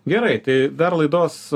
gerai tai dar laidos